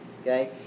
Okay